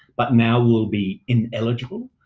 but now will be ineligible?